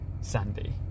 Sandy